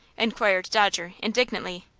inquired dodger, indignantly.